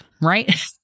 right